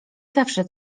zawsze